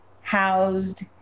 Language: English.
housed